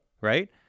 right